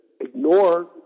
ignore